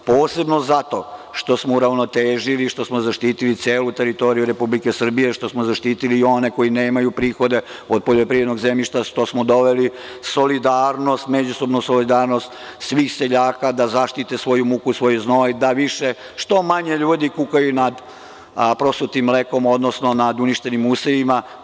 Posebno zato što smo uravnotežili, što smo zaštitili celu teritoriju Republike Srbije, što smo zaštitili i one koji nemaju prihode od poljoprivrednog zemljišta, što smo doveli međusobnu solidarnost svih seljaka da zaštite svoju muku, svoj znoj, da što manje ljudi kuka nad prosutim mlekom, odnosno nad uništenim usevima.